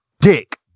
Dick